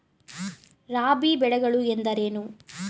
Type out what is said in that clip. ರಾಬಿ ಬೆಳೆಗಳು ಎಂದರೇನು?